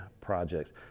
projects